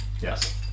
yes